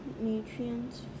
nutrients